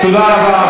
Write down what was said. תני להם.